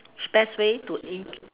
best way to